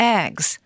eggs